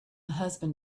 husband